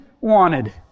wanted